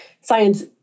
Science